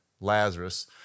Lazarus